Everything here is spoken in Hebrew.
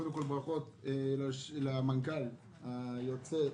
ברכות למנכ"ל היוצא,